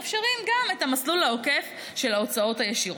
מאפשרים גם את המסלול העוקף של ההוצאות הישירות.